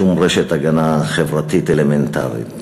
שום רשת הגנה חברתית אלמנטרית.